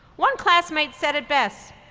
one classmate said it best,